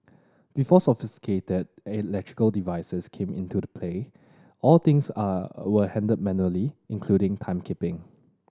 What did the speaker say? before sophisticated electrical devices came into the play all things are were handled manually including timekeeping